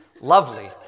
Lovely